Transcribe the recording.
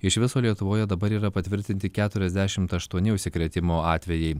iš viso lietuvoje dabar yra patvirtinti keturiadešimt aštuoni užsikrėtimo atvejai